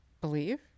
believe